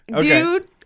dude